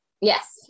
Yes